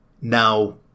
Now